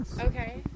Okay